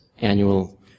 annual